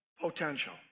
potential